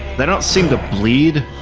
they don't seem to bleed,